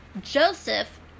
Joseph